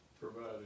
Providing